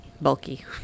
bulky